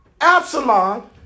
Absalom